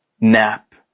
nap